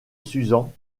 susan